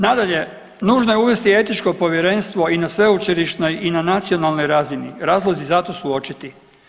Nadalje, nužno je uvesti etičko povjerenstvo i na sveučilišnoj i na nacionalnoj razini, razlozi za to su očiti.